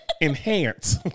enhance